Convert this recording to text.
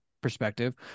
perspective